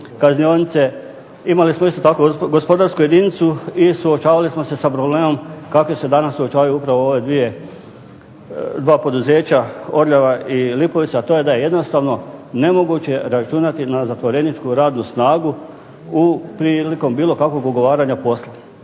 kaznionice, imali smo isto tako gospodarsku jedinicu i suočavali smo se sa problemom kakvim se danas suočavaju upravo ove dvije, dva poduzeća Orljava i Lipovica, to je da je jednostavno nemoguće računati na zatvoreničku radnu snagu u prilikom bilo kakvog ugovaranja posla,